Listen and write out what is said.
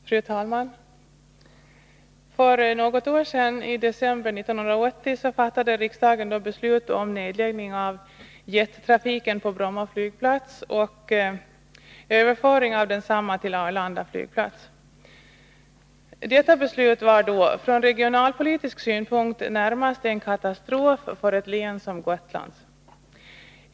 Fru talman! För något år sedan, i december 1980, fattade riksdagen beslut om nedläggning av jettrafiken på Bromma flygplats och överföring av densamma till Arlanda flygplats. Detta beslut var från regionalpolitisk synpunkt närmast en katastrof för ett län som Gotlands län.